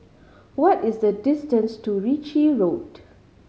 what is the distance to Ritchie Road